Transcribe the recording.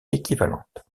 équivalente